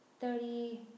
Thirty